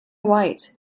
white